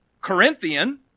Corinthian